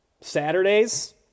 Saturdays